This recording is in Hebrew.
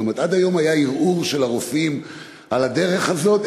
עד היום היה ערעור של הרופאים על הדרך הזאת?